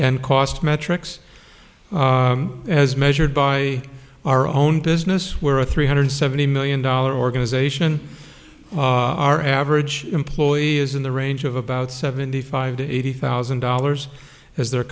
and cost metrics as measured by our own business we're a three hundred seventy million dollar organization our average employee is in the range of about seventy five to eighty thousand dollars as their